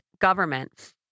government